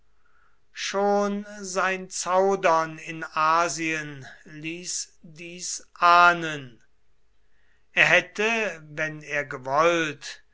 schon sein zaudern in asien ließ dies ahnen er hätte wenn er gewollt